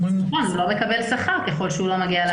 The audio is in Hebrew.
נכון, הוא לא מקבל שכר ככל שהוא לא מגיע לעבודה.